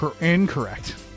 Incorrect